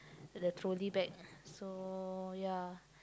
the trolley bag so ya